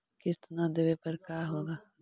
किस्त न देबे पर का होगा?